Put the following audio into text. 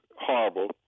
horrible